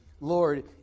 Lord